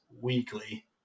weekly